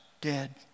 dead